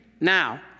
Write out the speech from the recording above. Now